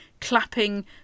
clapping